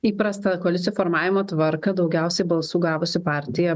įprastą koalicijų formavimo tvarką daugiausiai balsų gavusi partija